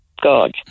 God